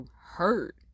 hurt